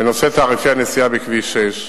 בנושא תעריפי הנסיעה בכביש 6,